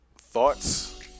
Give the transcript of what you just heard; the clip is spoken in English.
Thoughts